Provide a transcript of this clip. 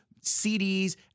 CDs